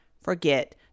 forget